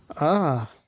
Ah